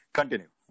continue